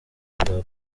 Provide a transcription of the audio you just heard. rwa